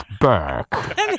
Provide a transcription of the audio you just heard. back